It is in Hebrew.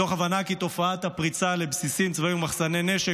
מתוך הבנה כי תופעת הפריצה לבסיסים צבאיים ומחסני נשק